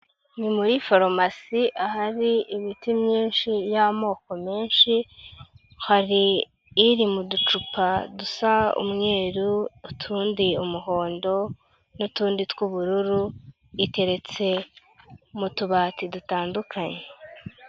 Ni muri farumasi ahari imiti myinshi y'amoko menshi, hari iri mu ducupa dusa umweru, utundi umuhondo n'utundi tw'ubururu; iteretse mu tubati dutandukanye.